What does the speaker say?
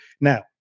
Now